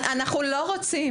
אנחנו לא רוצים